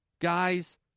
guys